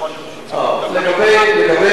לגבי מומחים מבחוץ,